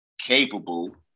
capable